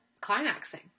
climaxing